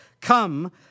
Come